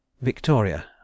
Victoria